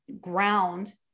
ground